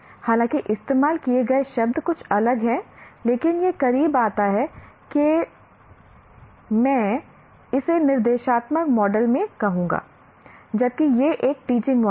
हालाँकि इस्तेमाल किए गए शब्द कुछ अलग हैं लेकिन यह करीब आता है कि मैं इसे निर्देशात्मक मॉडल में कहूंगा जबकि यह एक टीचिंग मॉडल है